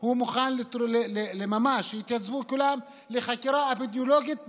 שהוא מוכן שיתייצבו כולם לחקירות אפידמיולוגיות בערבית,